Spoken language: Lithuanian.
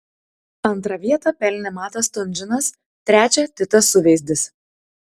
antrą vietą pelnė matas stunžinas trečią titas suveizdis